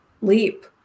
leap